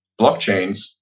blockchains